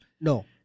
No